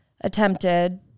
attempted